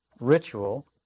ritual